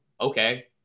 Okay